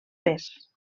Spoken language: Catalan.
pes